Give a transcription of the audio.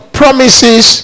promises